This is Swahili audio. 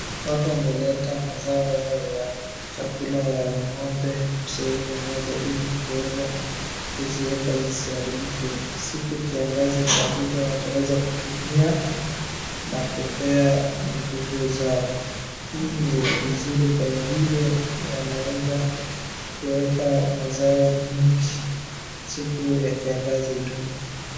Watu wameleta mazao yao ya chakula ya ng'ombe sehemu moja ili kuweza kuzieka zisiharibike siku kiangazi itakuja wataeza kutumia na kupea mifugo zao, hii ni vizuri kwa vile yanaweza kuweka mazao mingi siku ya kiangazi itumike.